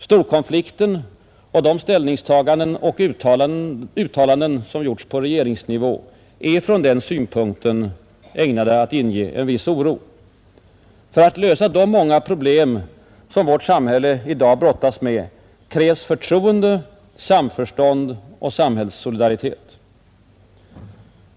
Storkonflikten och de uttalanden som gjorts på regeringsnivå är från denna synpunkt ägnade att inge en viss oro. För att lösa de många problem som vårt samhälle i dag brottas med krävs förtroende, samförstånd och samhällssolidaritet.